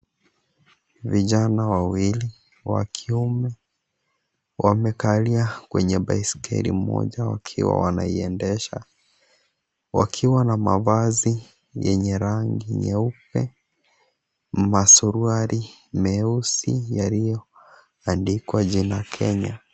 Vijana wawili wa kiume wamekalia kwenye baiskeli moja wakiwa wanaiendesha, wakiwa na mavazi yenye rangi nyeupe, masuruali meyeusi yaliyo andikwa jina Kenya.